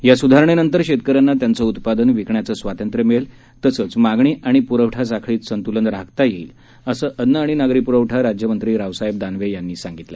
या सुधारणेनंतर शेतकऱ्यांना त्यांचं उत्पादन विकण्याचं स्वातंत्र्य मिळेल तसंच मागणी आणि पुरवठा साखळीत संतुलन राखता येईल असं अन्न अणि नागरी पुरवठा राज्यमंत्री रावसाहेब दानवे यांनी सांगितलं